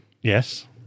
yes